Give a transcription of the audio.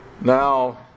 Now